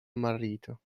marito